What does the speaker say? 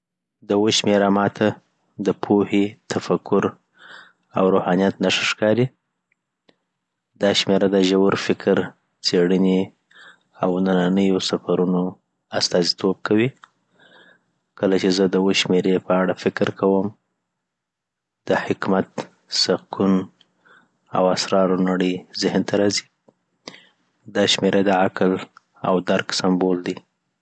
د اووه شمېره ما ته د پوهې، تفکر او روحانیت نښه ښکاري دا شمېره د ژور فکر، څېړنې او د ننيو سفرونو استازیتوب کوي کله چې زه د اووه شمېرې په اړه فکر کوم، د حکمت، سکون او اسرارو نړۍ ذهن ته راځي .دا شمېره د عقل او درک سمبول دی